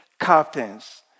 captains